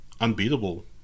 unbeatable